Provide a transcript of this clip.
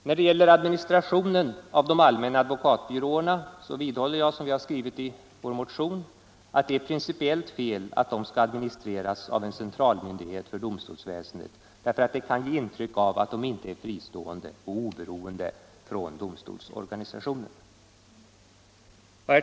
När det gäller administrationen av de allmänna advokatbyråerna vidhåller jag, som vi har skrivit i motionen, att det är principiellt fel att de skall administreras av en centralmyndighet för domstolsväsendet. Det kan ge intryck av att advokatbyråerna inte är fristående från och oberoende av domstolsorganisationen.